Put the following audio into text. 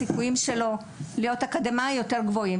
הסיכויים שלו לרכוש השכלה אקדמאית הם יותר גבוהים,